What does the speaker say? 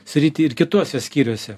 sritį ir kituose skyriuose